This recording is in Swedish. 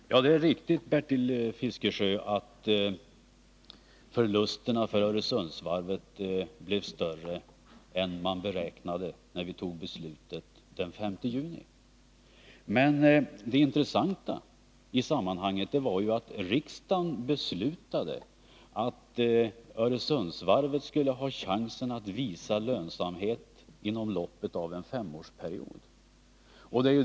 Herr talman! Det är riktigt, Bertil Fiskesjö, att förlusterna för Öresundsvarvet blev större än beräknat när vi tog beslutet den 5 juni. Men det intressanta i sammanhanget var ju att riksdagen beslutade att Öresundsvarvet skulle ha chansen att visa lönsamhet inom loppet av en femårsperiod.